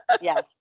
Yes